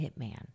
hitman